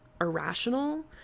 irrational